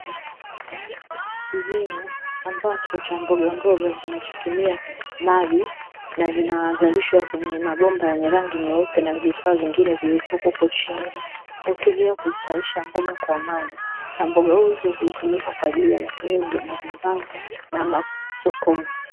kilimo ambacho cha mbogamboga kinachotumia maji na vinazalishwa kwenye mabomba yenye rangi nyeupe na vifaa vingine vilivyokuepo chini, hutumia kustawisha mboga kwa maji na mboga hizo hutumika kwa ajili ya matumizi ya majumbani na masokoni.